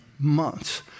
Months